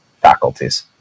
faculties